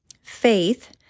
faith